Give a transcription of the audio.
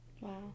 Wow